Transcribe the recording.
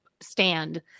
stand